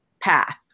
path